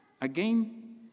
Again